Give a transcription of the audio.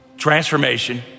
Transformation